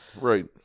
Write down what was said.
Right